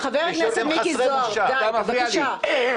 חבר הכנסת מיקי זוהר, די, בבקשה.